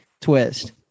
twist